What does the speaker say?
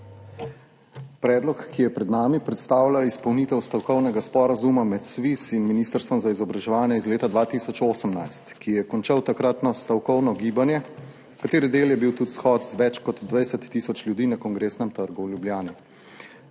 Predlog, ki je pred nami, predstavlja izpolnitev stavkovnega sporazuma med SVIZ in Ministrstvom za izobraževanje iz leta 2018, ki je končal takratno stavkovno gibanje, katere del je bil tudi shod z več kot 20 tisoč ljudi na Kongresnem trgu v Ljubljani.